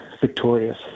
victorious